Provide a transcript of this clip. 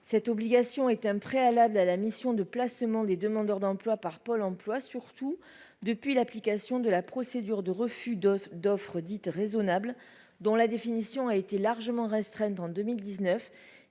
cette obligation est un préalable à la mission de placement des demandeurs d'emploi par Pôle emploi, surtout depuis l'application de la procédure de refus d'offres d'offres dites raisonnables dont la définition a été largement restreint dans 2019